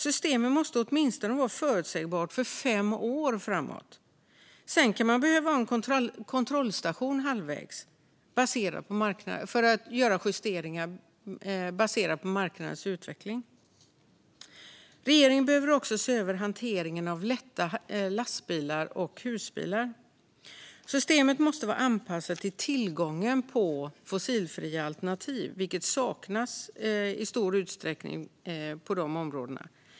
Systemet måste vara förutsägbart i åtminstone fem år framåt; sedan kan man behöva ha en kontrollstation halvvägs för att göra justeringar baserat på marknadens utveckling. Regeringen behöver också se över hanteringen av lätta lastbilar och husbilar. Systemet måste vara anpassat till tillgången på fossilfria alternativ, vilket i stor utsträckning saknas på dessa områden.